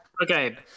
Okay